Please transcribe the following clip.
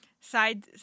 Side